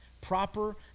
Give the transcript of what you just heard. Proper